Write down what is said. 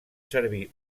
servir